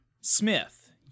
Smith